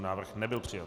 Návrh nebyl přijat.